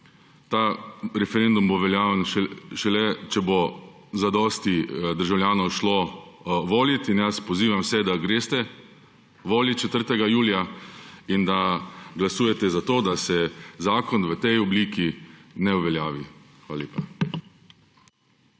Ta referendum bo veljaven šele, če bo zadosti državljanov šlo volit, in pozivam vse, da greste volit 4. julija in da glasujete za to, da se zakon v tej obliki ne uveljavi. Hvala lepa.